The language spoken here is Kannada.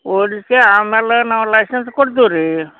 ಓಡಿಸಿ ಆಮೇಲೆ ನಾವು ಲೈಸೆನ್ಸ್ ಕೊಡ್ತೀವಿ ರೀ